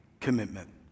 commitment